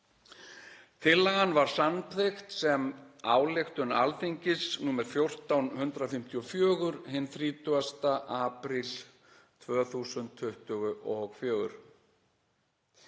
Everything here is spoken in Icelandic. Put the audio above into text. Tillagan var samþykkt sem ályktun Alþingis nr. 14/154, hinn 30. apríl 2024.